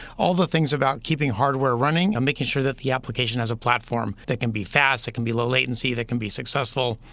all the things about keeping hardware running and making sure that the application has a platform that can be fast, that can be low latency, that can be successful,